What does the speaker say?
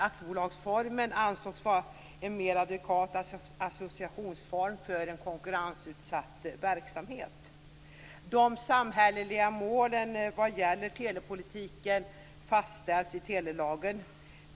Aktiebolagsformen ansågs vara en mer adekvat associationsform för en konkurrensutsatt verksamhet. De samhälleliga målen vad gäller telepolitiken fastställs i telelagen.